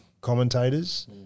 commentators